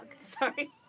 Sorry